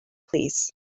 plîs